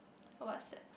what's that